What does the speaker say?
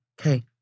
okay